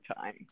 time